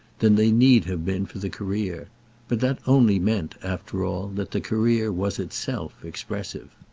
than they need have been for the career but that only meant, after all, that the career was itself expressive.